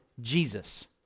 jesus